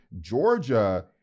Georgia